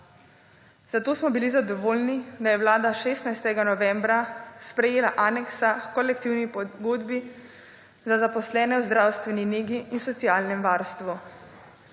zato smo bili zadovoljni, da je Vlada 16. novembra sprejela aneksa k kolektivni pogodbi za zaposlene v zdravstveni negi in socialnem varstvu.